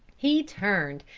he turned,